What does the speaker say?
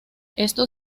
esto